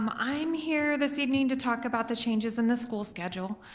um i'm here this evening to talk about the changes in the school schedule,